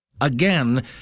again